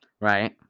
Right